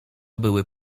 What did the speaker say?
były